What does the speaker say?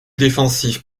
défensif